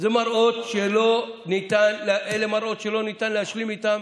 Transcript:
אלה מראות שלא ניתן להשלים איתם